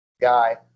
guy